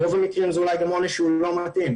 ברוב המקרים זה גם עונש שהוא לא מתאים.